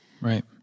Right